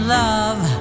love